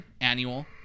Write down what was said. annual